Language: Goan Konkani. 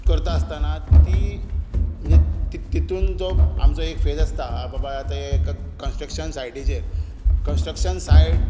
करता आसताना ती म्हणजे तातूंत जो आमचो एक फेज आसता आं बाबा आतां एका कन्स्ट्रक्शन सायटीचेर कन्स्ट्रक्शन सायट